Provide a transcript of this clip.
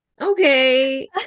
okay